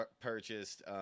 purchased